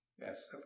Yes